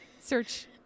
Search